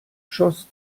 schoss